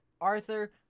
Arthur